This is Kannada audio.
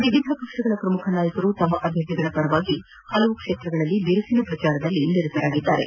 ವಿವಿಧ ಪಕ್ಷಗಳ ಪ್ರಮುಖ ನಾಯಕರು ತಮ್ಮ ಅಭ್ಯರ್ಥಿಗಳ ಪರ ಹಲವು ಕ್ಷೇತ್ರಗಳಲ್ಲಿ ಬಿರುಸಿನ ಪ್ರಚಾರದಲ್ಲಿ ತೊಡಗಿದ್ದಾರೆ